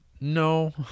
No